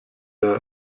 der